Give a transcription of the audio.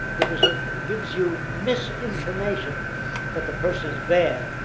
because it it gives you mis-information that the person is bad,